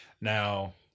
Now